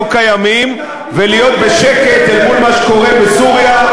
קיימים ולהיות בשקט אל מול מה שקורה בסוריה,